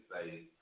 say